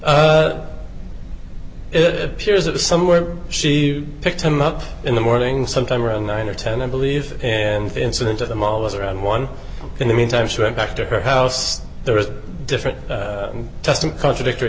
the somewhere she picked him up in the morning sometime around nine or ten i believe and the incident at the mall was around one in the mean time she went back to her house there is a different test and contradictory